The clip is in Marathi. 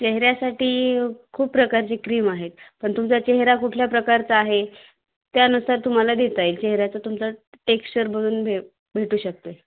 चेहऱ्यासाठी खूप प्रकारचे क्रीम आहेत पण तुमचा चेहरा कुठल्या प्रकारचा आहे त्यानुसार तुम्हाला देता येईल चेहऱ्याचा तुमचा टेक्स्चर बघून भे भेटू शकते